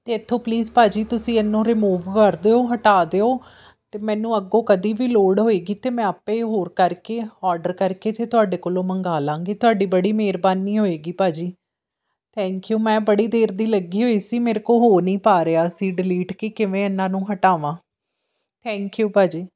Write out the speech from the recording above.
ਅਤੇ ਇਥੋਂ ਪਲੀਜ਼ ਭਾਅ ਜੀ ਤੁਸੀਂ ਇਹਨੂੰ ਰਿਮੂਵ ਕਰ ਦਿਓ ਹਟਾ ਦਿਓ ਅਤੇ ਮੈਨੂੰ ਅੱਗੋਂ ਕਦੇ ਵੀ ਲੋੜ ਹੋਵੇਗੀ ਅਤੇ ਮੈਂ ਆਪੇ ਹੋਰ ਕਰਕੇ ਔਡਰ ਕਰਕੇ ਅਤੇ ਤੁਹਾਡੇ ਕੋਲੋਂ ਮੰਗਾ ਲਾਂਗੇ ਤੁਹਾਡੀ ਬੜੀ ਮਿਹਰਬਾਨੀ ਹੋਵੇਗੀ ਭਾਅ ਜੀ ਥੈਂਕ ਯੂ ਮੈਂ ਬੜੀ ਦੇਰ ਦੀ ਲੱਗੀ ਹੋਈ ਸੀ ਮੇਰੇ ਕੋਲੋਂ ਹੋ ਨਹੀਂ ਪਾ ਰਿਹਾ ਸੀ ਡਿਲੀਟ ਕਿ ਕਿਵੇਂ ਇਹਨਾਂ ਨੂੰ ਹਟਾਵਾਂ ਥੈਂਕ ਯੂ ਭਾਅ ਜੀ